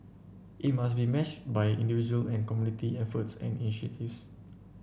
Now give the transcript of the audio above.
it must be matched by individual and community efforts and initiatives